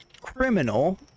criminal